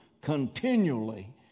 continually